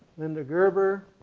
linda gerber,